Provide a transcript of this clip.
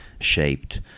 shaped